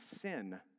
sin